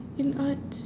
in arts